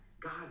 God